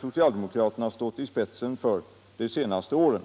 socialdemokraterna stått i spetsen för de senaste åren.